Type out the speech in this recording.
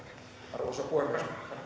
arvoisa puhemies